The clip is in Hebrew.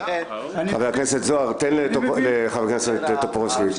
חבר הכנסת זוהר, תן לחבר הכנסת טופורובסקי,